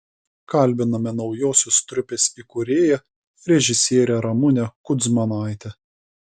kalbiname naujosios trupės įkūrėją režisierę ramunę kudzmanaitę